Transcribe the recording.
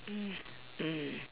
mm mm